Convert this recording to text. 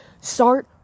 Start